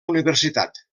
universitat